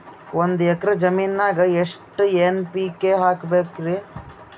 ಒಂದ್ ಎಕ್ಕರ ಜಮೀನಗ ಎಷ್ಟು ಎನ್.ಪಿ.ಕೆ ಹಾಕಬೇಕರಿ?